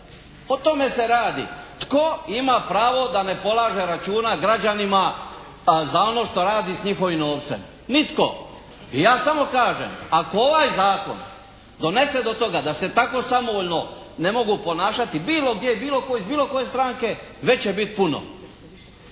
O tome se radi. Tko ima pravo da ne polaže računa građanima za ono što radi s njihovim novcem? Nitko. I ja samo kažem ako ovaj zakon donese do toga da se tako samovoljno ne mogu ponašati bilo gdje i bilo tko iz bilo koje stranke već će biti puno.